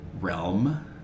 realm